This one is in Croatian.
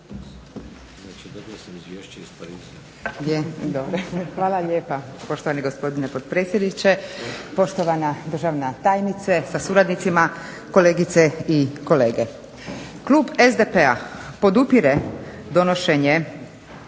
Hvala lijepa poštovani gospodine potpredsjedniče, poštovana državna tajnice sa suradnicima, kolegice i kolege. Klub SDP-a podupire donošenje